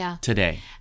today